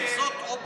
גם זאת אופציה.